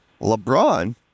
LeBron